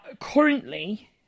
currently